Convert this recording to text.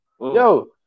yo